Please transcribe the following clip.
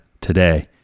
today